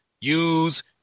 use